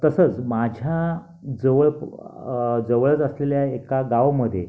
तसंच माझ्याजवळ जवळच असलेल्या एका गावामध्ये